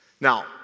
Now